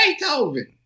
Beethoven